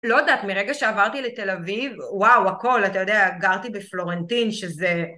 לא יודעת, מרגע שעברתי לתל אביב, וואו, הכל, אתה יודע, גרתי בפלורנטין שזה...